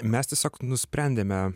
mes tiesiog nusprendėme